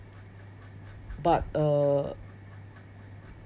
but uh